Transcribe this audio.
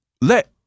Let